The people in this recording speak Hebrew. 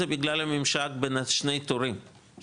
זה בגלל הממשק בין שני התורים,